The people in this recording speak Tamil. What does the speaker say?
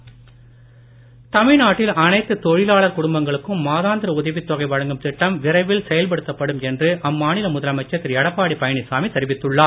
எடப்பாடி பழனிச்சாமி தமிழ்நாட்டில் அனைத்து தொழிலாளர் குடும்பங்களுக்கும் மாதாந்திர உதவித் தொகை வழங்கும் திட்டம் விரைவில் செயல்படுத்தப்படும் என்று அம்மாநில முதலமைச்சர் திரு எடப்பாடி பழனிச்சாமி தெரிவித்துள்ளார்